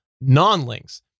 non-links